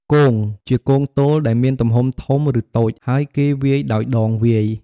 គង ជាគងទោលដែលមានទំហំធំ ឬតូច ហើយគេវាយដោយដងវាយ។